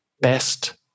best